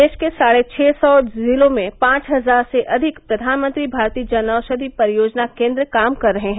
देश के साढ़े छह सौ जिलों में पांच हजार से अधिक प्रधानमंत्री भारतीय जनऔषधि परियोजना केन्द्र काम कर रहे हैं